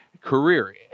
career